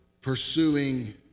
pursuing